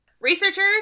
Researchers